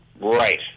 Right